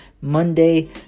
monday